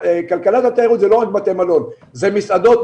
כלכלת התיירות היא לא רק בתי מלון אלא אלה מסעדות,